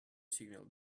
signal